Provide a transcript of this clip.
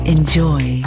Enjoy